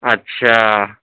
اچّھا